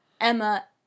Emma